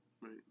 Right